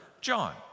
John